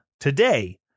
Today